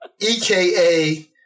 EKA